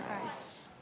Christ